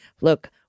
look